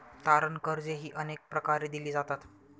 तारण कर्जेही अनेक प्रकारे दिली जातात